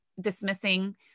dismissing